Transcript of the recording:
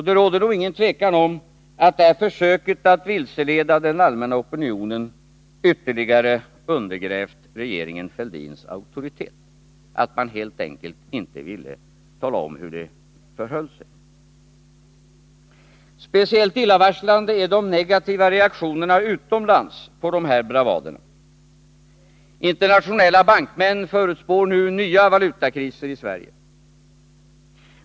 Det råder inget tvivel om att detta försök att vilseleda den allmänna opinionen ytterligare har undergrävt regeringen Fälldins auktoritet — man ville helt enkelt inte tala om hur det förhöll sig. Speciellt illavarslande är de negativa reaktionerna utomlands på de här bravaderna. Internationella bankmän förutspår nu nya valutakriser i Sverige.